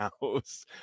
house